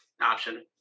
option